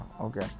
Okay